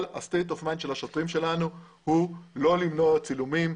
אבל ה-סטייט אוף מיינד של השוטרים שלנו הוא לא למנוע צילומים.